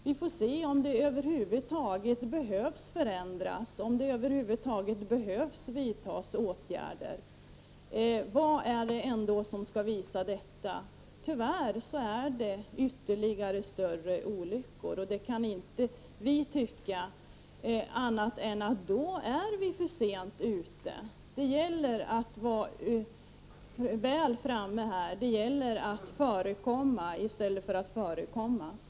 Vi får se om någonting över huvud taget behöver förändras, om det över huvud taget behöver vidtas åtgärder. Vad är det som skall visa detta? Tyvärr är det ytterligare stora olyckor, och vi kan inte tycka annat än att man då är för sent ute. Det gäller att vara väl framme här. Det gäller att förekomma i stället för att förekommas.